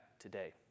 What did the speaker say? Today